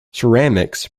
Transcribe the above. ceramics